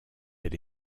elle